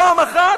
פעם אחת?